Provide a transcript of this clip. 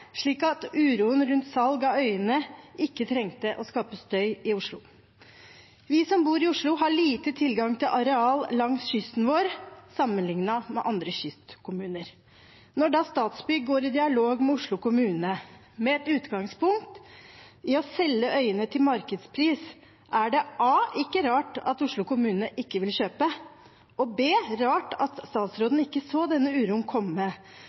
slik at uroen rundt salg av øyene ikke trengte å skape støy i Oslo. Vi som bor i Oslo, har lite tilgang til areal langs kysten vår sammenlignet med andre kystkommuner. Når Statsbygg går i dialog med Oslo kommune med utgangspunkt i å selge øyene til markedspris, er det ikke rart at Oslo kommune ikke vil kjøpe rart at statsråden ikke så denne uroen komme